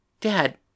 Dad